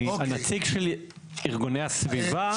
אני הנציג של ארגוני הסביבה.